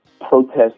protest